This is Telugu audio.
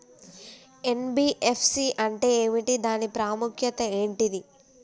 ఎన్.బి.ఎఫ్.సి అంటే ఏమిటి దాని ప్రాముఖ్యత ఏంటిది?